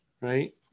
Right